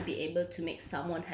what